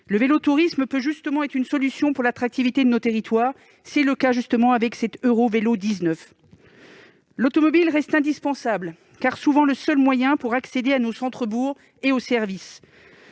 Le vélotourisme peut être une solution pour l'attractivité de nos territoires : c'est le cas avec cette véloroute EuroVelo 19. L'automobile reste indispensable, car elle est souvent le seul moyen d'accéder à nos centres-bourgs et aux services.